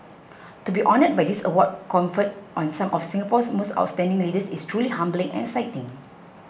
to be honoured by this award conferred on some of Singapore's most outstanding leaders is truly humbling and exciting